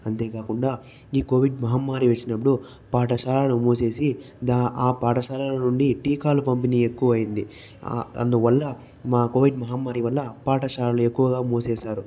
అంతేకాకుండా ఈ కోవిడ్ మహమ్మారి వచ్చినప్పుడు పాఠశాలను మూసేసి దా ఆ పాఠశాలల నుండి టీకాలు పంపిణీ ఎక్కువైంది ఆ అందువల్ల మా కోవిడ్ మహమ్మారి వల్ల పాఠశాలలు ఎక్కువగా మూసేశారు